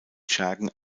schergen